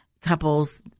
couples